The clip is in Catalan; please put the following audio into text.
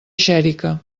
xèrica